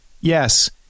Yes